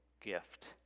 gift